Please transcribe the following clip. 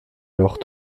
alors